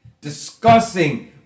discussing